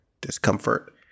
discomfort